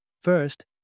First